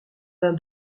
l’un